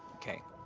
okay.